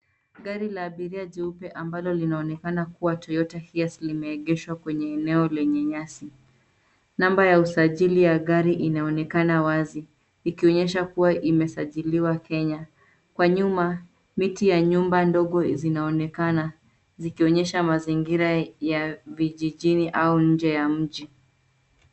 Gari la abiria jeupe ambalo linaonekana kuwa Toyota Hiace limeegeshwa kwenye eneo lenye nyasi. Namba ya usajili ya gari inaonekana wazi, ikionyesha kuwa imesajiliwa Kenya. Kwa nyuma, miti ya nyumba ndogo zinaonekana, zikionyesha mazingira ya vijijini au nje ya mji.